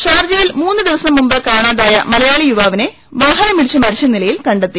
ഷാർജയിൽ മൂന്ന് ദിവസം മുമ്പ് കാണാതായി മലയാളി യുവാ വിനെ വാഹനമിടിച്ച് മരിച്ച നിലയിൽ കണ്ടെത്തി